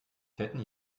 fetten